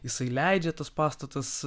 jisai leidžia tas pastatas